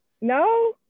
No